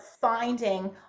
finding